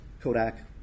Kodak